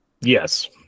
Yes